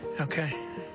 Okay